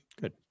Good